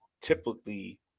typically